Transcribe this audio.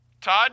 Todd